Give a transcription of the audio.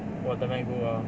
我的 MacBook lor